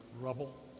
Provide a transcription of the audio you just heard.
rubble